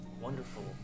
wonderful